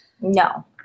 No